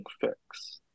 fix